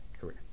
career